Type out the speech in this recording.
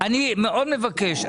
מאוד מבקש.